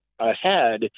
ahead